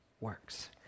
works